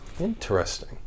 Interesting